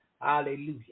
Hallelujah